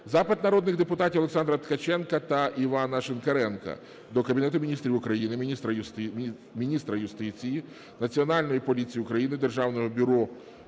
Запит народних депутатів Олександра Ткаченка та Івана Шинкаренка до Кабінету Міністрів України, міністра юстиції України, Національної поліції України, Державного бюро